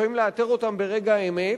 לפעמים לאתר אותם ברגע האמת,